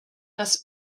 das